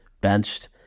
Benched